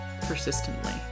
persistently